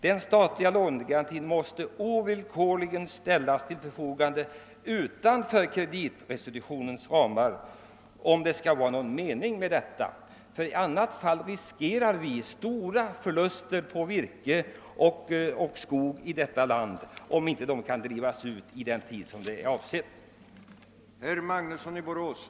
Den statliga lånegarantin måste ovillkorligen ställas till förfogande omedelbart och utanför kreditrestriktionens ramar, om det skall vara någon mening med det hela, i annat fall riskeras stora förluster på virke och skog i det här landet, nationalförluster av stor omfattning.